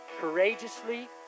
courageously